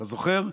אתה זוכר?